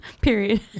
period